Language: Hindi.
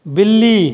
बिल्ली